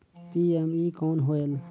PME कौन होयल?